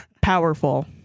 Powerful